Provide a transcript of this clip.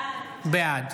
בעד